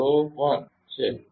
01 છે